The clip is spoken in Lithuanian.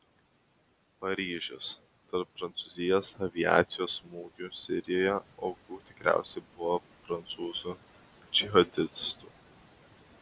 paryžius tarp prancūzijos aviacijos smūgių sirijoje aukų tikriausiai buvo prancūzų džihadistų